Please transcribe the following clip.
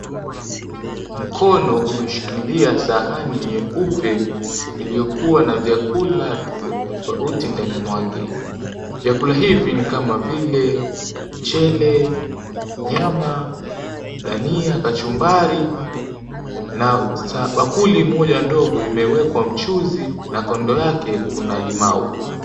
Mkono umeshikilia sahani nyeupe iliyokuwa na vyakula tofauti tofauti ndani mwake. Vyakula hivi ni kama vile, mchele, nyama, dhania, kachumbari. Bakuli moja ndogo imewekwa mchuzi na kando yake kuna limau.